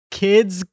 kids